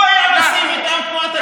הוא היה נשיא מטעם תנועת הליכוד.